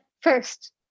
first